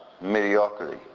mediocrity